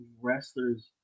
wrestlers